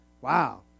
Wow